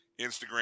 Instagram